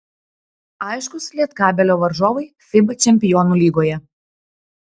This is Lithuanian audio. aiškūs lietkabelio varžovai fiba čempionų lygoje